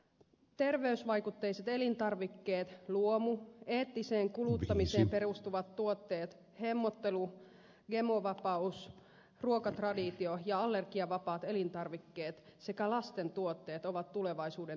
terveysvaikutteiset elintarvikkeet luomu eettiseen kuluttamiseen perustuvat tuotteet hemmottelu gemo vapaus ruokatraditio ja allergiavapaat elintarvikkeet sekä lasten tuotteet ovat tulevaisuuden trendejä